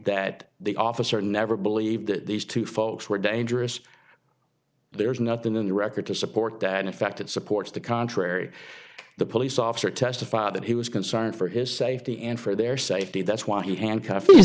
that the officer never believed that these two folks were dangerous there's nothing in the record to support that in fact it supports the contrary the police officer testified that he was concerned for his safety and for their safety that's why he handcuffe